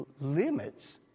limits